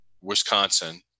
Wisconsin